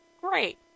great